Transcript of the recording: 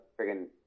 friggin